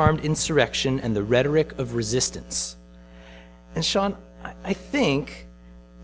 armed insurrection and the rhetoric of resistance and sean i think